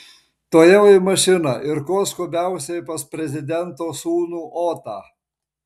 tuojau į mašiną ir kuo skubiausiai pas prezidento sūnų otą